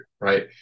right